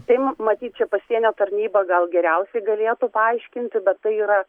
tai matyt čia pasienio tarnyba gal geriausiai galėtų paaiškinti bet tai yra